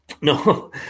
No